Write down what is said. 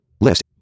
List